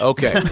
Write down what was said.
Okay